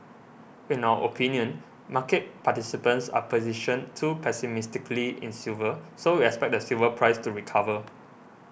in our opinion market participants are positioned too pessimistically in silver so we expect the silver price to recover